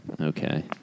okay